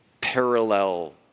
parallel